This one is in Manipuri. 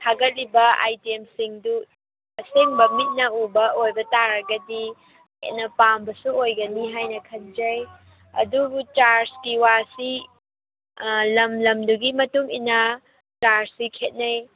ꯊꯥꯒꯠꯂꯤꯕ ꯑꯥꯏꯇꯦꯝꯁꯤꯡꯗꯨ ꯑꯁꯦꯡꯕ ꯃꯤꯠꯅ ꯎꯕ ꯑꯣꯏꯕ ꯇꯥꯔꯒꯗꯤ ꯍꯦꯟꯅ ꯄꯥꯝꯕꯁꯨ ꯑꯣꯏꯒꯅꯤ ꯍꯥꯏꯅ ꯈꯟꯖꯩ ꯑꯗꯨꯕꯨ ꯆꯥꯔꯆꯀꯤ ꯋꯥꯁꯤ ꯂꯝ ꯂꯝꯗꯨꯒꯤ ꯃꯇꯨꯡꯏꯟꯅ ꯆꯥꯔꯆꯁꯤ ꯈꯦꯠꯅꯩ